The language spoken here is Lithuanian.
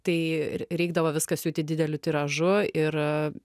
tai reikdavo viskas siūti dideliu tiražu ir